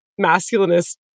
masculinist